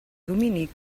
dominic